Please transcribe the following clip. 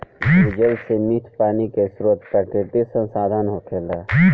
भूजल से मीठ पानी के स्रोत प्राकृतिक संसाधन होखेला